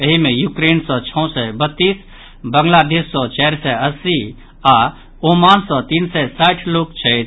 एहि मे यूक्रोन सँ छओ सय बत्तीस बंगलादेश सँ चारि सय अस्सी आओर ओमान सँ तीन सय साठि लोक छथि